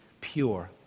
pure